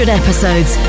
episodes